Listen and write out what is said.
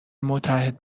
متعهد